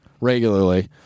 regularly